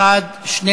2014,